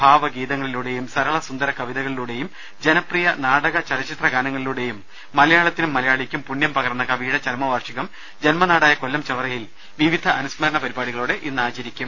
ഭാവഗീതങ്ങളിലൂടെയും സരള സുന്ദര കവിതകളിലൂടെയും ജനപ്രിയ നാടക ചലച്ചിത്രഗാനങ്ങളിലൂടെയും മലയാളത്തിനും മലയാളിക്കും പുണ്യം പകർന്ന കവിയുടെ ചരമവാർഷികം ജന്മനാടായ കൊല്ലം ചവറയിൽ വിവിധ അനുസ്മരണ പരിപാടികളോടെ ആചരിക്കും